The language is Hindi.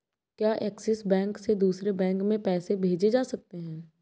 क्या ऐक्सिस बैंक से दूसरे बैंक में पैसे भेजे जा सकता हैं?